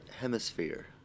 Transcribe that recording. hemisphere